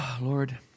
Lord